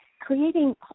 creating